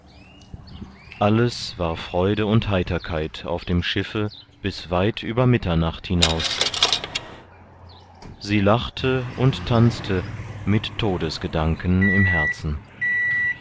alles war freude und heiterkeit auf dem schiffe bis weit über mitternacht hinaus sie lachte und tanzte mit todesgedanken im herzen